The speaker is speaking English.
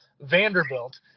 Vanderbilt